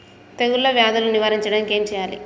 తెగుళ్ళ వ్యాధులు నివారించడానికి ఏం చేయాలి?